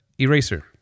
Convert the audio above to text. Eraser